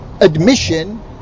admission